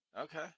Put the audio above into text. Okay